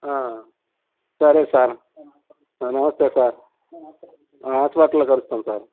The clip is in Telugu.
సరే సార్ నమస్తే సార్ హాస్పిటల్లో కలుస్తాం సార్